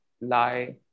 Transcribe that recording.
lie